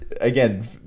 again